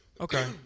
Okay